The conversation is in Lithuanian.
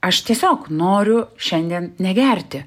aš tiesiog noriu šiandien negerti